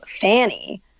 Fanny